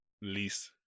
lease